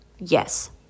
Yes